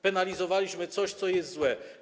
Penalizowaliśmy coś, co jest złe.